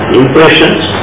impressions